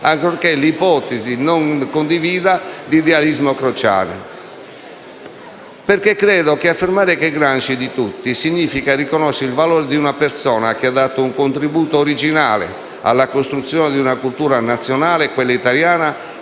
ancorché, in ipotesi, non condivida l'idealismo crociano. Affermare che «Gramsci è di tutti» significa riconoscere il valore di una persona che ha dato un contributo originale alla costruzione di una cultura nazionale, quella italiana,